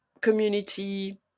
community